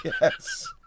Yes